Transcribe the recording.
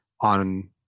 on